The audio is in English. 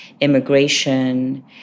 immigration